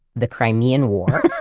the crimean war,